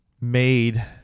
made